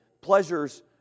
pleasures